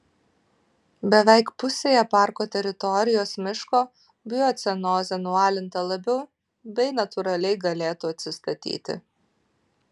beveik pusėje parko teritorijos miško biocenozė nualinta labiau bei natūraliai galėtų atsistatyti